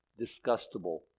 disgustable